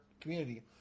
community